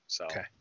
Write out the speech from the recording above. Okay